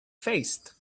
faced